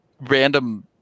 random